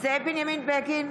זאב בנימין בגין,